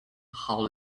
how